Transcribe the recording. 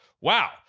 Wow